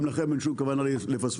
גם לכם אין שום כוונה לפספס.